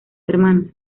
hermanos